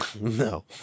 no